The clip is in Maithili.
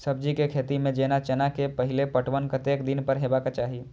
सब्जी के खेती में जेना चना के पहिले पटवन कतेक दिन पर हेबाक चाही?